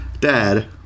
Dad